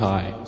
High